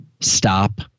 Stop